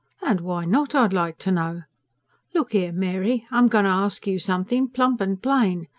and why not, i'd like to know look ere, mary, i'm going to ask you something, plump and plain.